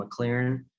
McLaren